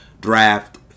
draft